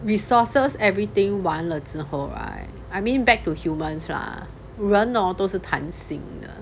resources everything 完了之后 right I mean back to humans ah 人 hor 都是看心的